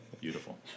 Beautiful